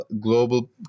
Global